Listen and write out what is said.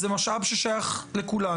זה משאב ששייך לכולנו.